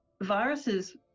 viruses